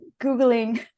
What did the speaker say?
googling